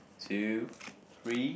two three